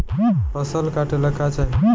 फसल काटेला का चाही?